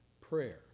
prayer